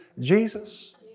Jesus